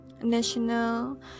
national